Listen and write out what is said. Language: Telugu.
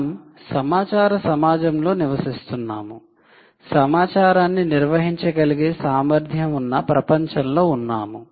మనం సమాచార సమాజం లో నివసిస్తున్నాము సమాచారాన్ని నిర్వహించగలిగే సామర్ధ్యం ఉన్న ప్రపంచంలో ఉన్నాము